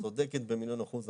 את צודקת במיליון אחוז.